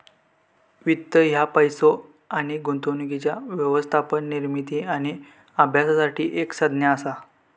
वित्त ह्या पैसो आणि गुंतवणुकीच्या व्यवस्थापन, निर्मिती आणि अभ्यासासाठी एक संज्ञा असा